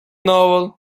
novel